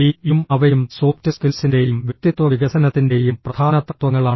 P യും അവയും soft സ്കിൽസിന്റെയും വ്യക്തിത്വ വികസനത്തിന്റെയും പ്രധാന തത്വങ്ങളാണ്